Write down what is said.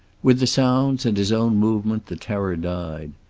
with the sounds, and his own movement, the terror died.